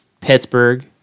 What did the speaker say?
Pittsburgh